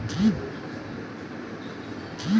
समाजिक कल्याण के लीऐ केना सरकार से मांग करु?